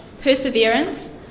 perseverance